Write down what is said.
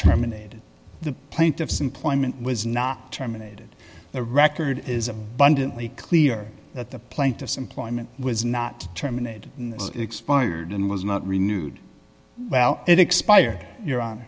terminated the plaintiff's employment was not terminated the record is abundantly clear that the plaintiff's employment was not terminated expired and was not renewed well it expired your hon